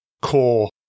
core